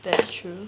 that's true